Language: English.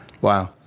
Wow